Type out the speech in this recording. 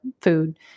food